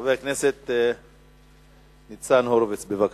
חבר הכנסת ניצן הורוביץ, בבקשה.